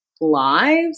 lives